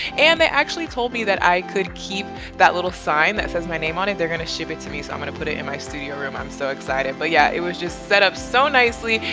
and they actually told me that i could keep that little sign that says my name name they're going to ship it to me. so i'm gonna put it in my studio room. i'm so excited. but yeah, it was just set up so nicely.